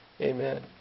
Amen